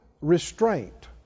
restraint